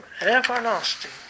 everlasting